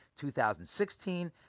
2016